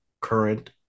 current